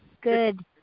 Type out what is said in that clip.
good